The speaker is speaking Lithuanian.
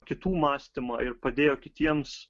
kitų mąstymą ir padėjo kitiems